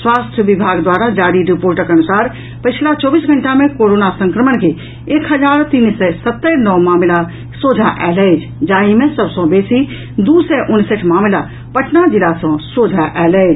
स्वास्थ विभाग द्वारा जारी रिपोर्टक अनुसार पछिला चौबीस घंटा मे कोरोना संक्रमण के एक हजार तीन सय सत्तरि नव मामिला सोझा आयल अछि जाहि मे सभ सँ बेसी दू सय उनसठि मामिला पटना जिला सँ सोझा आयल अछि